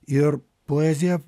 ir poezija